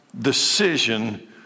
decision